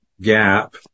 gap